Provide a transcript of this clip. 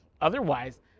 otherwise